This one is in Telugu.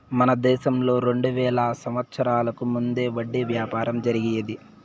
మన దేశంలో రెండు వేల సంవత్సరాలకు ముందే వడ్డీ వ్యాపారం జరిగేది